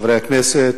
חברי הכנסת,